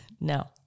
No